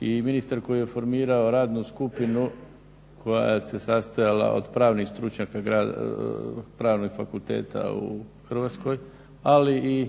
i ministar koji je formirao radnu skupinu koja se sastojala od pravnih stručnjaka pravnih fakulteta u Hrvatskoj, ali i